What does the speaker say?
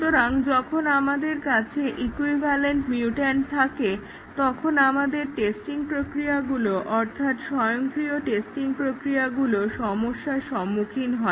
সুতরাং যখন আমাদের কাছে ইকুইভালেন্ট মিউট্যান্ট থাকে তখন আমাদের টেস্টিং প্রক্রিয়াগুলো অর্থাৎ স্বয়ংক্রিয় টেস্টিং প্রক্রিয়াগুলো সমস্যার সম্মুখীন হয়